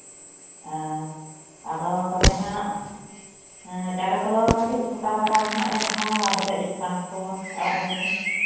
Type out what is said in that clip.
ᱚ ᱟᱫᱚ ᱛᱚᱵᱮ ᱠᱷᱟᱱ ᱦᱮᱸ ᱪᱟᱣᱞᱮ ᱠᱚᱫᱚ ᱠᱟᱹᱴᱤᱡ ᱛᱷᱚᱠᱟ ᱫᱷᱟᱨᱟ ᱜᱮ ᱦᱟᱸᱜ ᱞᱮ ᱦᱟᱛᱟᱣᱟ ᱠᱟᱹᱡ ᱰᱤᱥᱠᱟᱣᱩᱱᱴ ᱠᱚ ᱟᱲᱟᱜ ᱧᱚᱜᱽ ᱢᱮ